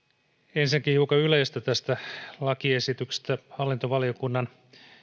ensinnäkin hiukan yleistä tästä lakiesityksestä hallintovaliokunnan